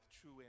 true